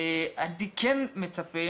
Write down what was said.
אבל אני כן מצפה